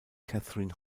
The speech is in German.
catherine